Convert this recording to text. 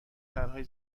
طرحهای